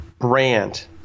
brand